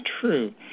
true